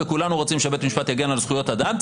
וכולנו רוצים שבית משפט יגן על זכויות אדם,